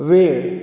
वेळ